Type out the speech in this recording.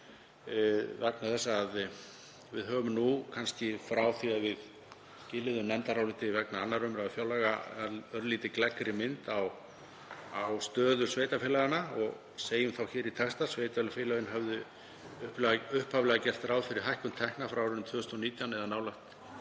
vegna þess að við höfum nú kannski, frá því að við skiluðum nefndaráliti vegna 2. umr. fjárlaga, örlítið gleggri mynd af stöðu sveitarfélaganna og segjum hér í texta: Sveitarfélögin höfðu upphaflega gert ráð fyrir meiri hækkun tekna frá 2019, eða nálægt